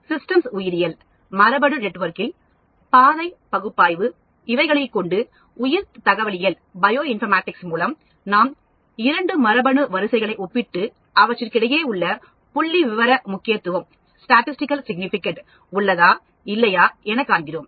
systems உயிரியல் மரபணு networking பாதை பகுப்பாய்வு இவைகளைக் கொண்டு உயிர் தகவலியல் மூலம் நாம் இரண்டு மரபணு வரிசைகளை ஒப்பிட்டு அவற்றுக்கிடையே புள்ளிவிவர முக்கியத்துவம் உள்ளதா இல்லையா எனக் காண்கிறோம்